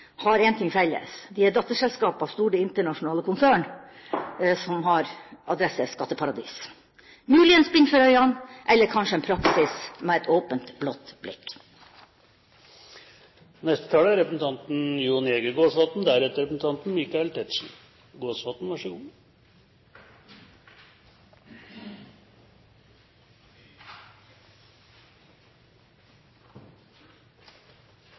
har fått tilslaget, har én ting felles: De er datterselskaper av store, internasjonale konsern som har adresse skatteparadis – muligens er det med bind for øynene eller kanskje en praksis med et åpent, blått blikk.